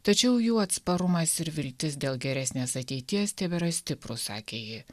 tačiau jų atsparumas ir viltis dėl geresnės ateities tebėra stiprūs sakė ji